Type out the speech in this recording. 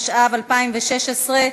התשע"ו 2016,